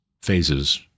phases